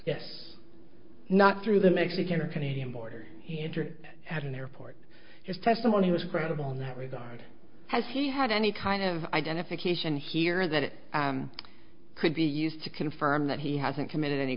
yes not through the mexican or canadian border he entered at an airport his testimony was credible in that regard has he had any kind of identification here that could be used to confirm that he hasn't committed any